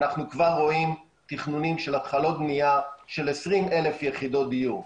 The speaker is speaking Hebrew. אנחנו כבר רואים תכנונים של התחלות בנייה של 20,000 יחידות דיור,